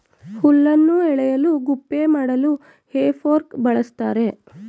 ಹುಲ್ಲನ್ನು ಎಳೆಯಲು ಗುಪ್ಪೆ ಮಾಡಲು ಹೇ ಫೋರ್ಕ್ ಬಳ್ಸತ್ತರೆ